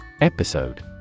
Episode